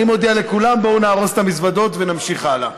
אני מודיע לכולם: בואו נארוז את המזוודות ונמשיך הלאה.